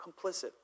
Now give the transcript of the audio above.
complicit